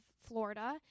Florida